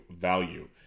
value